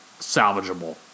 salvageable